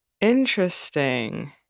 Interesting